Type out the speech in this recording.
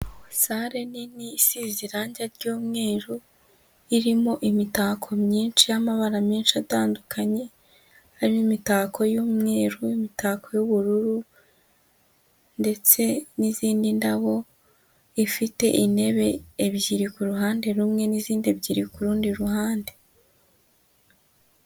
Sare nini size irangi ry'umweru, irimo imitako myinshi y'amabara menshi atandukanye, harimo imitako y'umweru n'imitako y'ubururu ndetse n'izindi ndabo, ifite intebe ebyiri ku ruhande rumwe n'izindi ebyiri ku rundi ruhande.